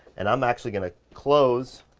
and i'm actually gonna close